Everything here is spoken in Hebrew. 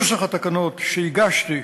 נוסח התקנות שהגשתי,